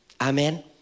Amen